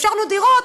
אפשרנו דירות